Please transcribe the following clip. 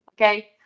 okay